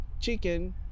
chicken